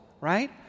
right